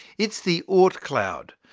it's the ah oort cloud,